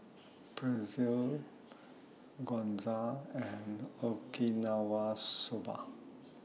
Pretzel Gyoza and Okinawa Soba